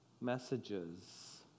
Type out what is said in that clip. messages